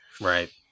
Right